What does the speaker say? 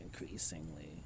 increasingly